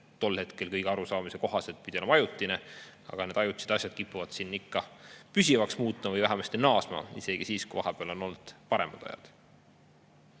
tol hetkel pidi kõigi arusaamiste kohaselt olema ajutine. Aga ajutised asjad kipuvad siin ikka püsivaks muutuma või vähemasti naasma isegi siis, kui vahepeal on olnud paremad ajad.